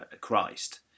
Christ